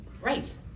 Right